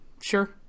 sure